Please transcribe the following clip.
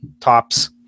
tops